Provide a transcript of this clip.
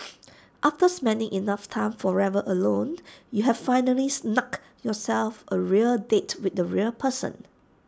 after spending enough time forever alone you have finally snugged yourself A real date with the real person